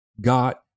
got